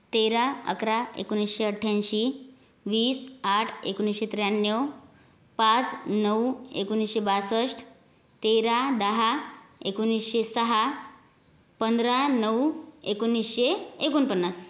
तेरा अकरा एकोणीसशे अठ्ठ्याऐंशी वीस आठ एकोणीसशे त्र्याण्णव पाच नऊ एकोणीसशे बासष्ट तेरा दहा एकोणीसशे सहा पंधरा नऊ एकोणीसशे एकोणपन्नास